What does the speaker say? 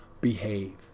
behave